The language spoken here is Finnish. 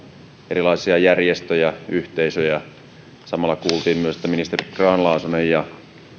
erilaisia järjestöjä yhteisöjä samalla kuultiin myös että ministerit grahn laasonen ja